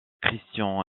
christian